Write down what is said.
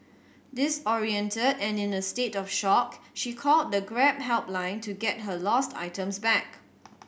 disoriented and in a state of shock she called the Grab helpline to get her lost items back